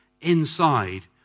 inside